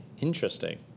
Interesting